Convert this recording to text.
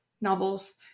novels